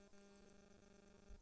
इलायची के पौधा दू फुट ऊंच होइ छै